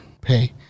pay